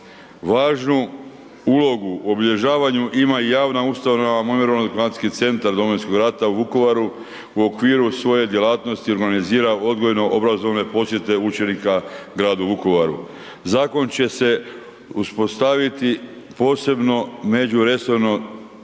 Važnu ulogu u obilježavanju ima i javna ustanova Memorijalno-dokumentacijski centar Domovinskog rata u Vukovaru u okviru svoje djelatnosti organizira odgojno obrazovne posjete učenika gradu Vukovaru. Zakon će se uspostaviti posebno među resorno